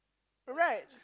right